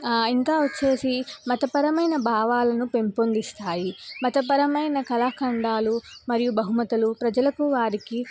ఇంకా వచ్చి మతపరమైన భావాలను పెంపొందిస్తాయి మతపరమైన కళాఖండాలు మరియు బహుమతులు ప్రజలకు వారికి